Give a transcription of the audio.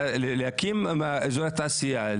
להקים אזורי תעשייה,